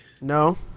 No